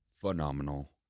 phenomenal